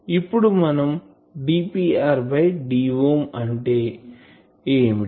ఇప్పుడు మన dPr d అంటే ఏమిటి